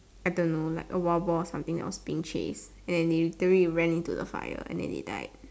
I don't know like a wild boar or something that was being chased and then they literally ran into the fire and then they died